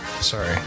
sorry